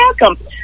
welcome